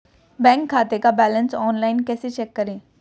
Bank खाते का balance online कैसे चेक करें?